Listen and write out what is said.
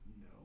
No